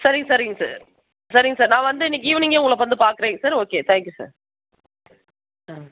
சரிங்க சரிங்க சார் சரிங்க சார் நான் வந்து இன்னைக்கு ஈவினிங்கே உங்களை வந்து பார்க்குறேங்க சார் ஓகே தேங்க்யூ சார் ம்